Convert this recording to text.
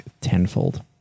tenfold